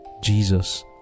Jesus